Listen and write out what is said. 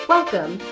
Welcome